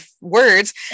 words